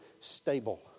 stable